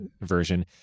version